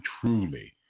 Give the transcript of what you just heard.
truly